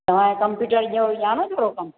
हा कंप्यूटर जो ॼाणो थोरो कमु